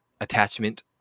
attachment